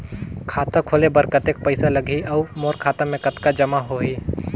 खाता खोले बर कतेक पइसा लगही? अउ मोर खाता मे कतका जमा होही?